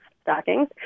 Stockings